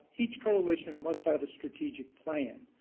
each coalition must have a strategic plan,